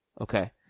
Okay